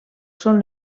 són